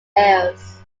errors